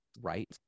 right